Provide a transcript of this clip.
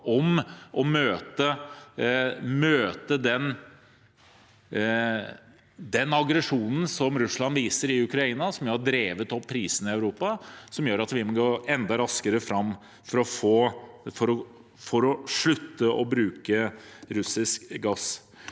om å møte den aggresjonen som Russland viser i Ukraina, som jo har drevet opp prisene i Europa, som gjør at vi må gå enda raskere fram for å slutte å bruke russisk gass.